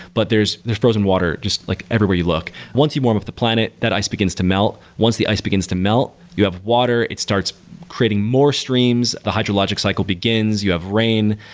but there's there's frozen water just like everywhere you look. once you warm up the planet, that ice begins to melt. once the ice begins to melt, you have to water. it starts creating more streams. the hydrologic cycle begins, you have rain,